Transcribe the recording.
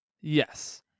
yes